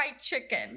chicken